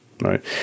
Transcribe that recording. Right